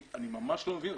אני ממש לא מבין,